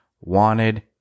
wanted